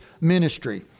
ministry